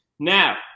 Now